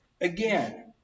Again